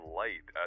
light